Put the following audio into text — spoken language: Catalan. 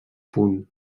punt